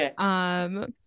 Okay